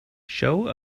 show